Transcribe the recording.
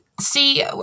see